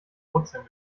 wurzeln